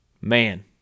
Man